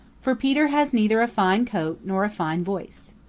for peter has neither a fine coat nor a fine voice.